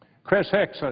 chris hicks,